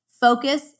focus